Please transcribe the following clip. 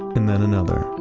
and then another,